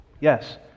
Yes